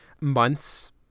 months